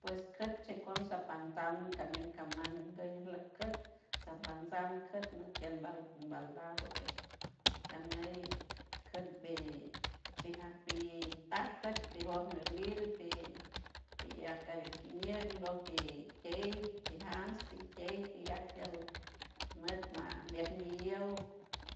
Pues quetch checon sapanpand caney caman nguey asloc ket sapansan ket tiel mbal baldado que ganey ket ve ve ja vii ta ket mejor nelil pi piec agui quiñey loc pii dey, pi jams, pii tey, piac tiel ñot ma maiwol